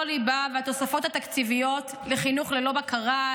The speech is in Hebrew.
ליבה והתוספות התקציביות לחינוך ללא בקרה,